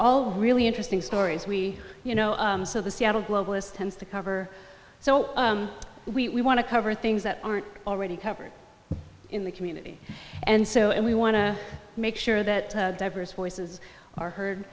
all really interesting stories we you know so the seattle globalists tends to cover so we want to cover things that aren't already covered in the community and so and we want to make sure that diverse voices are heard